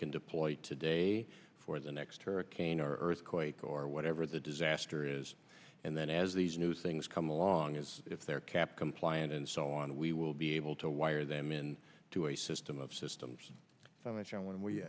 can deploy today for the next hurricane or earthquake or whatever the disaster is and then as these new things come along as if they're kept compliant and so on we will be able to wire them in to a system of systems so much